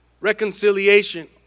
reconciliation